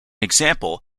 example